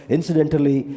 Incidentally